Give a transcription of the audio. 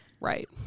Right